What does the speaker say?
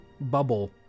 bubble